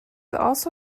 also